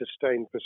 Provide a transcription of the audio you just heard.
sustained